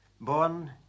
born